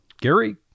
Gary